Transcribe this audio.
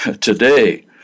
today